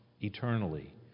eternally